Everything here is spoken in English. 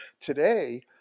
Today